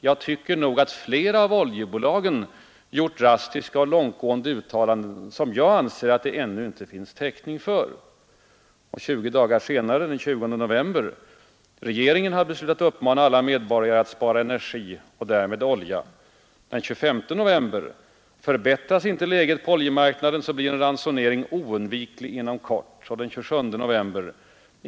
Jag tycker nog att flera av oljebolagen gjort drastiska och långtgående uttalanden som jag anser att det ännu inte finns täckning för. Regeringen har beslutat uppmana alla medborgare att spara energi och därmed olja. Förbättras inte läget på oljemarknaden så blir en ransonering oundviklig inom kort.